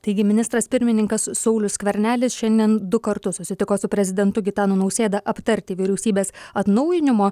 taigi ministras pirmininkas saulius skvernelis šiandien du kartus susitiko su prezidentu gitanu nausėda aptarti vyriausybės atnaujinimo